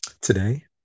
today